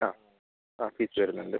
ആ ആ ഫീസ് വരുന്നുണ്ട്